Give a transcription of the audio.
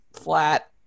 flat